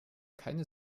keine